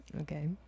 Okay